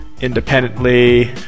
independently